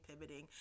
pivoting